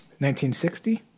1960